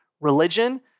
religion